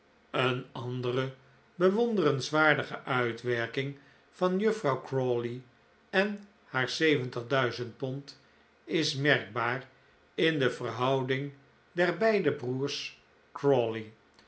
een andere bewonderenswaardige uitwerking van juffrouw crawley en haar zeventig duizend pond is merkbaar in de verhouding der beide broeders